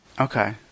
Okay